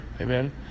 amen